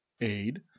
aid